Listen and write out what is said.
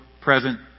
present